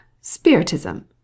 Spiritism